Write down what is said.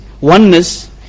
oneness